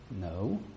No